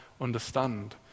understand